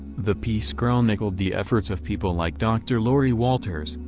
the piece chronicled the efforts of people like dr. lori walters,